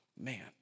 man